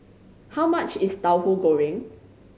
how much is Tauhu Goreng